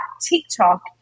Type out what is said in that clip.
TikTok